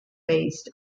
based